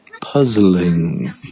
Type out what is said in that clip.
Puzzling